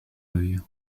œil